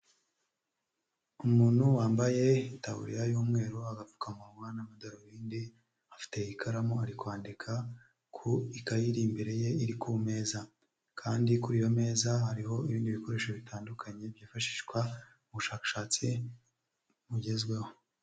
Umuntu wambaye itaburiya y'umweru, agapfukamunwa n'amadarubindi, afite ikaramu ari kwandika ku ikaye iri imbere ye iri ku meza, kandi kuri iyo meza hariho ibindi bikoresho bitandukanye, byifashishwa mu bushakashatsi bugezweho.